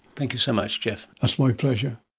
thank you so much geoff. that's my pleasure.